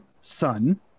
son